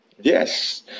Yes